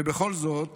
ובכל זאת